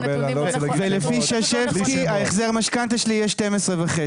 לפי שרשבסקי, החזר המשכנתא שלי יהיה 12,500